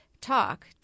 talk